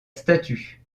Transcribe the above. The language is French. statue